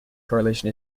correlation